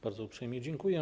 Bardzo uprzejmie dziękuję.